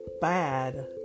bad